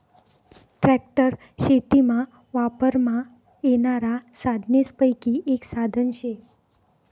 tractor शेतीमा वापरमा येनारा साधनेसपैकी एक साधन शे